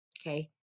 Okay